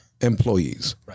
employees